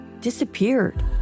disappeared